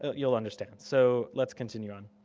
ah you'll understand, so let's continue on.